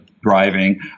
driving